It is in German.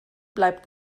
bleibt